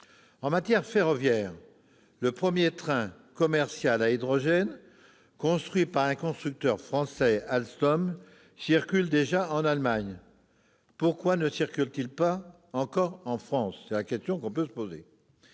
En matière ferroviaire, le premier train commercial à hydrogène, construit par un constructeur français, Alstom, circule déjà en Allemagne. Pourquoi ne circule-t-il pas encore en France ?